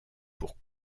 pour